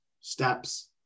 steps